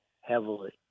heavily